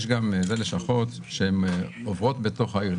יש גם לשכות שהן עוברות בתוך העיר.